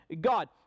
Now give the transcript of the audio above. God